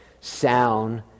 sound